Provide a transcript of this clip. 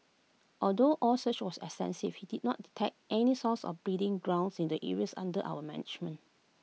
although our search was he did not detect any source or breeding grounds in the areas under our management